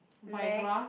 Viagra